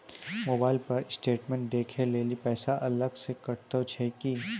Mobile पर statement देखे लेली पैसा अलग से कतो छै की?